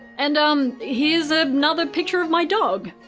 and um, here's ah another picture of my dog.